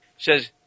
Says